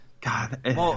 God